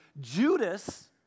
Judas